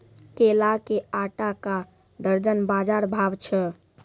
केला के आटा का दर्जन बाजार भाव छ?